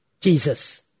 Jesus